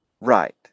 Right